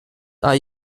are